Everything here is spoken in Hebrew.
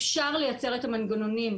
אפשר לייצר את המנגנונים,